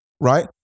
Right